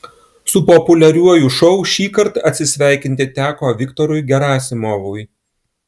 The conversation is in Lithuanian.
su populiariuoju šou šįkart atsisveikinti teko viktorui gerasimovui